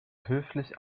höflich